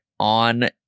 on